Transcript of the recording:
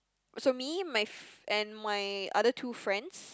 so me my and my other two friends